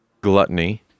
gluttony